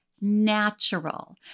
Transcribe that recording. natural